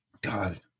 God